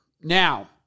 Now